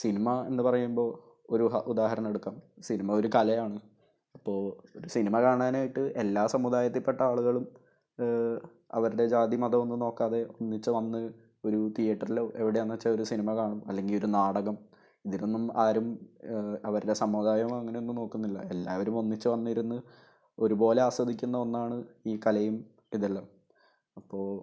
cinema എന്ന് പറയുമ്പോൾ ഒരു ഉദാഹരണമെടുക്കാം സിനിമ ഒരു കലയാണ് അപ്പോൾ ഒരു സിനിമ കാണാനായിട്ട് എല്ലാ സമുദായത്തിൽ പെട്ട ആളുകളും അവരുടെ ജാതി മതവും ഒന്നും നോക്കാതെ ഒന്നിച്ച് വന്ന് ഒരു തിയേട്ടറിൽ എവിടെയാണെന്ന് വച്ചാൽ ഒരു സിനിമ കാണും അല്ലെങ്കിൽ ഒരു നാടകം ഇതിനൊന്നും ആരും അവരുടെ സമുദായമോ അങ്ങനെ ഒന്നും നോക്കുന്നില്ല എല്ലാവരും ഒന്നിച്ച് വന്ന് ഇരുന്ന് ഒരു പോലെ ആസ്വദിക്കുന്ന ഒന്നാണ് ഈ കലയും ഇതെല്ലാം അപ്പോൾ